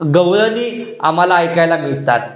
गवळणी आम्हाला ऐकायला मिळतात